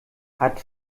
hat